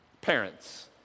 Parents